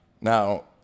Now